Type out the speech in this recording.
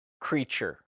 creature